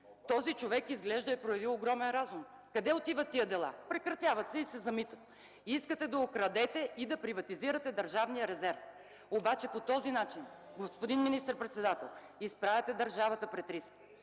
Този човек изглежда е проявил огромен разум. Къде отиват тези дела? Прекратяват се и се замитат. Искате да окрадете и да приватизирате държавния резерв! По този начин обаче, господин министър-председател, изправяте държавата пред риск,